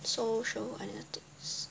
social analytics